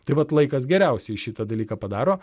tai vat laikas geriausiai šitą dalyką padaro